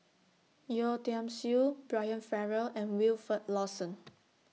Yeo Tiam Siew Brian Farrell and Wilfed Lawson